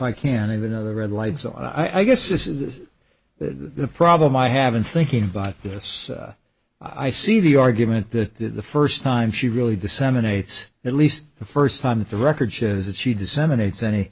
can't even know the red light so i guess this is the problem i have been thinking about this i see the argument that the first time she really disseminates at least the first time that the records that she disseminates any